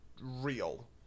real